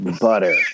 butter